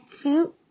two